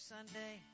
Sunday